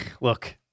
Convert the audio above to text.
Look